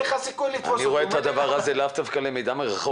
אני רואה את הדבר הזה לאו דווקא בלמידה מרחוק.